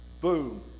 Boom